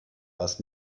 was